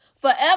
forever